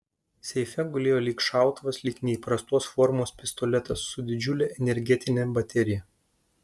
seife gulėjo lyg šautuvas lyg neįprastos formos pistoletas su didžiule energetine baterija